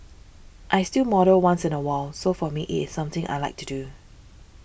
I still model once in a while so for me it is something I like to do